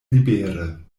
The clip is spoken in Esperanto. libere